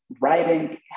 writing